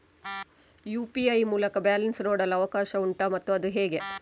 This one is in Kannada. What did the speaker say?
ಯು.ಪಿ.ಐ ಮೂಲಕ ಬ್ಯಾಲೆನ್ಸ್ ನೋಡಲು ಅವಕಾಶ ಉಂಟಾ ಮತ್ತು ಅದು ಹೇಗೆ?